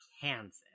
Kansas